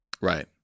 Right